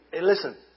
listen